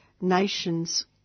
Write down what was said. nation's